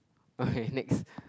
okay next